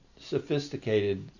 sophisticated